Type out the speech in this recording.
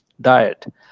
diet